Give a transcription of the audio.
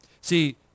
See